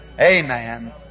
Amen